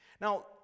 Now